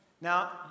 Now